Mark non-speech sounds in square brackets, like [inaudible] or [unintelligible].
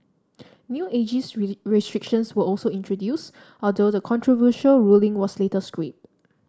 new ageist [unintelligible] restrictions were also introduced although the controversial ruling was later scrapped